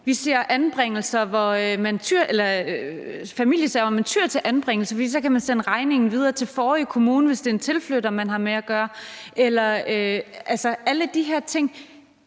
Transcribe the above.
Vi ser familier, hvor man tyer til anbringelser, for så kan man sende regningen videre til forrige kommune, hvis det er en tilflytter, man har med at gøre – altså alle de her ting.